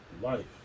life